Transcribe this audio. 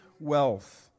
wealth